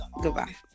Goodbye